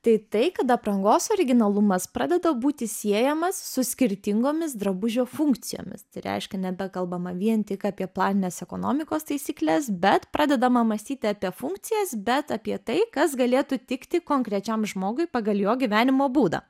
tai tai kad aprangos originalumas pradeda būti siejamas su skirtingomis drabužio funkcijomis tai reiškia nebekalbama vien tik apie planinės ekonomikos taisykles bet pradedama mąstyti apie funkcijas bet apie tai kas galėtų tikti konkrečiam žmogui pagal jo gyvenimo būdą